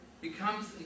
becomes